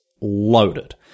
loaded